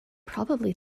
probably